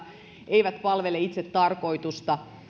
eivät palvele itse tarkoitusta